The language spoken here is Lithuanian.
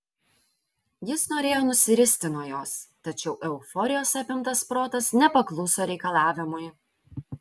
jis norėjo nusiristi nuo jos tačiau euforijos apimtas protas nepakluso reikalavimui